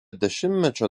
dešimtmečio